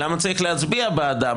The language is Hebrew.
למה צריך להצביע בעדה?